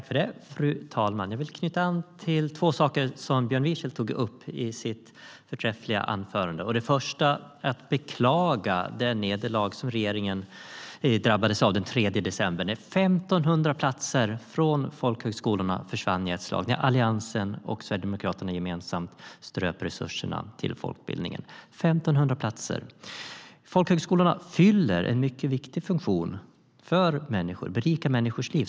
Fru talman! Jag vill knyta an till två saker som Björn Wiechel tog upp i sitt förträffliga anförande. Det första är att beklaga det nederlag som regeringen drabbades av den 3 december då 1 500 platser på folkhögskolorna försvann i ett slag när Alliansen och Sverigedemokraterna gemensamt ströp resurserna till folkbildningen. Folkhögskolorna fyller en viktig funktion för människor och berikar deras liv.